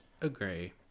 agree